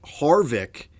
Harvick